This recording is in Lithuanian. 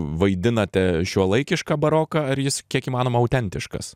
vaidinate šiuolaikišką baroką ar jis kiek įmanoma autentiškas